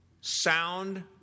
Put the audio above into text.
Sound